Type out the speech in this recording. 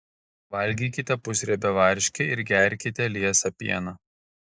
valgykite pusriebę varškę ir gerkite liesą pieną